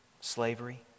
Slavery